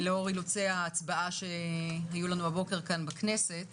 לאור אילוצי ההצבעה שהיו לנו הבוקר כאן בכנסת